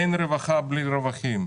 אין רווחה בלי רווחים.